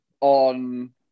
on